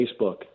Facebook